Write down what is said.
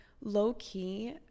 low-key